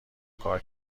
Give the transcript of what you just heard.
کار